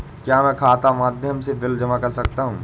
क्या मैं खाता के माध्यम से बिल जमा कर सकता हूँ?